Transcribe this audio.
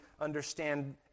understand